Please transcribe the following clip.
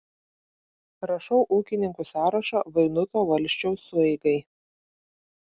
rašau ūkininkų sąrašą vainuto valsčiaus sueigai